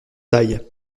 taille